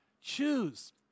Choose